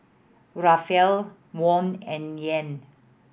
Rupiah Won and Yen